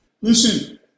Listen